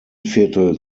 viertel